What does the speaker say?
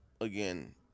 again